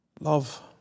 love